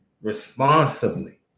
Responsibly